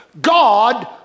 God